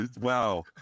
wow